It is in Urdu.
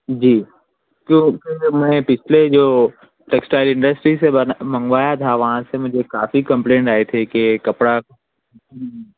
جی کیوں کہ میں پچھلے جو ٹیکسٹائل انڈسٹریز سے منگوایا تھا وہاں سے مجھے کافی کمپلینٹ آئی تھی کہ کپڑا